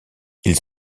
ils